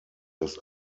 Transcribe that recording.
das